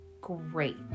Great